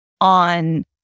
on